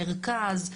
מרכז,